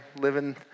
living